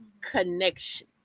connection